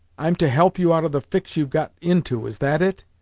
i'm to help you out of the fix you've got into, is that it?